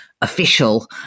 official